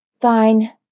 Fine